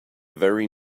very